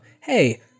hey